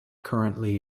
currently